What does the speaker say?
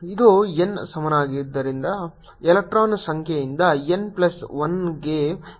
ಇದು n ಸಮಾನದಿಂದ electron ಸಂಖ್ಯೆಯಿಂದ n ಪ್ಲಸ್ 1 ಗೆ ಹೋಗುತ್ತದೆ